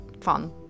fun